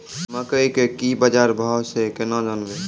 मकई के की बाजार भाव से केना जानवे?